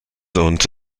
und